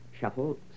Shuffle